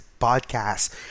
podcast